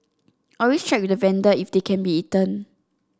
always check with the vendor if they can be eaten